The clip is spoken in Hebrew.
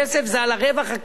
מס יסף זה על הרווח הכללי.